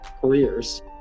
careers